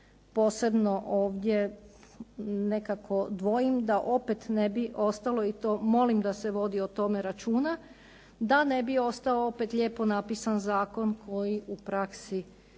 posebno ovdje nekako dvojim da opet ne bi ostalo i to. Molim da se vodi o tome računa da ne bi ostao opet lijepo napisan zakon koji u praksi neće